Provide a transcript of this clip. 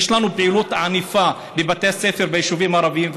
יש לנו פעילות ענפה בבתי הספר ביישובים הערביים,